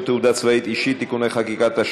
תעודה צבאית אישית (תיקוני חקיקה),